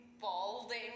balding